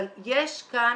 אבל יש כאן